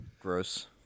Gross